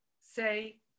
Say